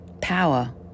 power